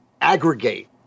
aggregate